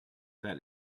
that